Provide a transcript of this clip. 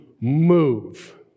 move